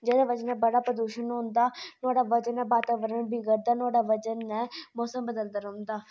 जेह्दे बजह् कन्नै बड़ा प्रदुषण होंदा नुहाडे़ बजह् ने वातावरण बिगड़दा नुहाडे़ बजह् ने मौसम बदलदा रौह्ंदा